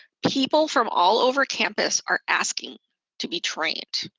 people from all over campus are asking to be trained.